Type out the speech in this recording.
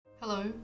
Hello